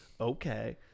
Okay